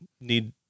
need